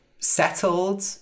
settled